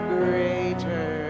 greater